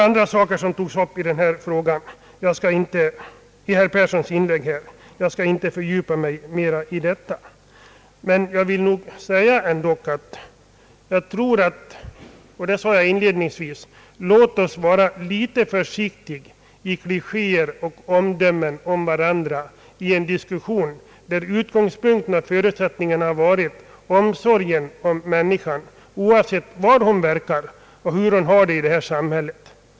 Herr Persson tog upp många andra saker i sitt inlägg, men jag skall inte fördjupa mig i dem. Jag vill dock upprepa vad jag inledningsvis sade — låt oss vara litet försiktiga med klichéer i våra omdömen om varandra i en dis kussion, där utgångspunkten och förutsättningen har varit omsorgen om människan, oavsett var hon verkar i samhället och oavsett vilka hennes förhållanden i övrigt är.